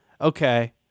Okay